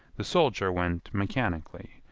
the soldier went mechanically,